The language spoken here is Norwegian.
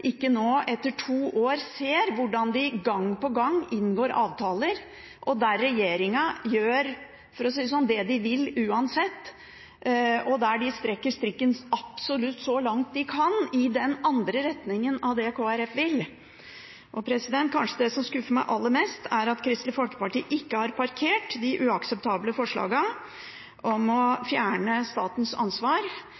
ikke Kristelig Folkeparti, etter to år, ser at man gang på gang inngår avtaler der regjeringen gjør – for å si det sånn – det den vil uansett, og der man strekker strikken absolutt så langt man kan i den andre retningen av det Kristelig Folkeparti vil. Det som kanskje skuffer meg aller mest, er at Kristelig Folkeparti ikke har parkert de uakseptable forslagene om å fjerne statens ansvar